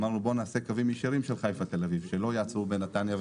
עשינו אותם קווים ישירים שלא עוצרים בנתניה,